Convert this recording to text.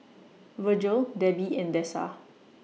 Virgle Debby and Dessa